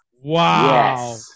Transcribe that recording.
wow